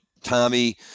Tommy